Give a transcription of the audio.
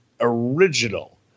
original